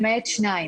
למעט שניים.